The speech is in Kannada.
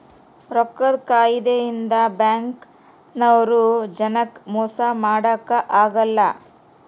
ರೊಕ್ಕದ್ ಕಾಯಿದೆ ಇಂದ ಬ್ಯಾಂಕ್ ನವ್ರು ಜನಕ್ ಮೊಸ ಮಾಡಕ ಅಗಲ್ಲ